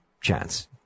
chance